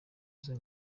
izo